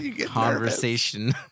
conversation